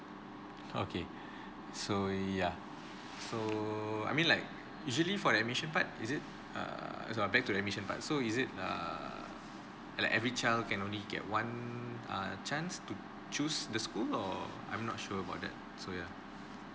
okay so ya so I mean like usually for the admission part is it err back to the admission part so is it err like every child can only get one uh chance to choose the school or I'm not sure about that so yeah